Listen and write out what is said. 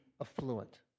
affluent